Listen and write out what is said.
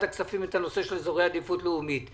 הכספים את הנושא של אזורי עדיפות לאומית.